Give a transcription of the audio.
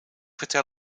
vertel